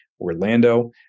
Orlando